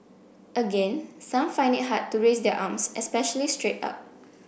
again some find it hard to raise their arms especially straight up